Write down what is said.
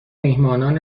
میهمانان